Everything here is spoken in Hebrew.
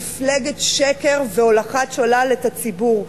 מפלגת שקר והולכת שולל את הציבור.